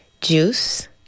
juice